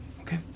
Okay